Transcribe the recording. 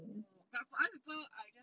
ya lor but for like other people I just